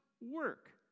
work